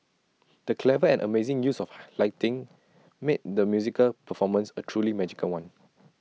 the clever and amazing use of lighting made the musical performance A truly magical one